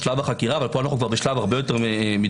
החקירה אבל פה אנו בשלב הרבה יותר מתקדם.